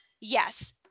yes